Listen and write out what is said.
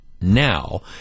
now